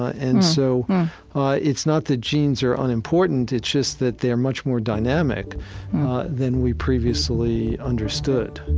ah and so it's not that genes are unimportant. it's just that they're much more dynamic than we previously understood